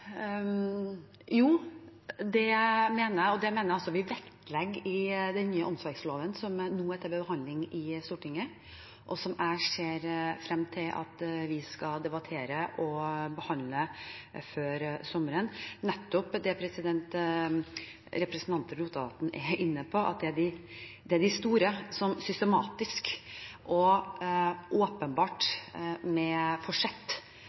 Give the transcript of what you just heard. Jo, det har jeg, og det mener jeg også at vi vektlegger i den nye åndsverkloven som nå er til behandling i Stortinget. Jeg ser frem til at vi skal debattere og behandle før sommeren nettopp det som representanten Rotevatn er inne på, at det er de store, som systematisk og åpenbart med forsett